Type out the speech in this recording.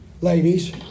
ladies